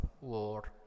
war